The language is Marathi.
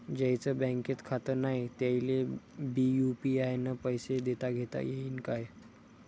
ज्याईचं बँकेत खातं नाय त्याईले बी यू.पी.आय न पैसे देताघेता येईन काय?